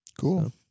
cool